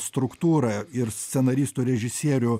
struktūrą ir scenaristų režisierių